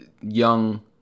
young